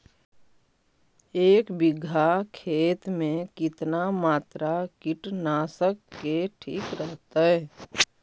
एक बीघा खेत में कितना मात्रा कीटनाशक के ठिक रहतय?